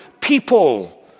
people